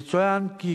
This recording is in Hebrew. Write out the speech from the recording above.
יצוין גם